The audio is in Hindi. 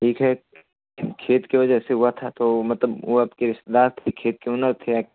ठीक है खेत के वजह से हुआ था तो मतब वह आपके रिश्तेदार थे खेत के ओनर थे या